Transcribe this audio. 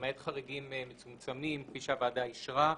למעט חריגים מצומצמים כפי שהוועדה אישרה,